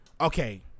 okay